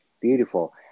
Beautiful